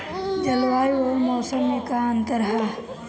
जलवायु अउर मौसम में का अंतर ह?